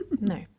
No